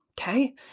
Okay